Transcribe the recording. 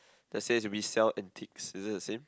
that says we sell antiques is it the same